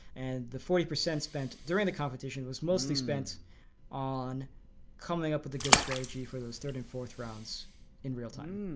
and the forty percent spent during the competition was mostly spent on coming up with the good strategy for those third and fourth rounds in real-time.